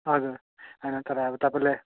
हजुर होइन तर अब तपाईँलाई